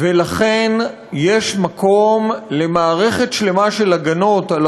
ולכן יש מקום למערכת שלמה של הגנות על